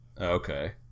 Okay